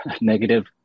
negative